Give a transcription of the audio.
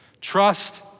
Trust